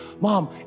Mom